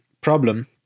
problem